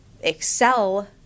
excel